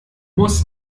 muss